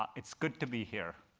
it's good to be here.